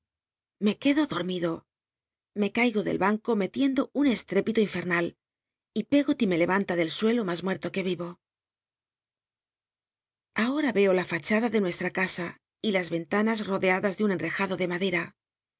me quedo tlormido me caigo del banco metiendo un esttépito infemal y pcggoty me je anta del suelo mas muerto que vivo ahora eo la fachada de nuestra casa y las ventanas r'odeadas de un enrejado de madera